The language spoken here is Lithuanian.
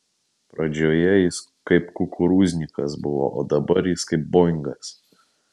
pradžioje jis kaip kukurūznikas buvo o dabar jis kaip boingas